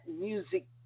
music